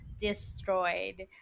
destroyed